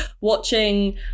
watching